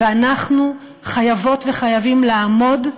ואנחנו חייבות וחייבים לעמוד,